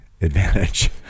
advantage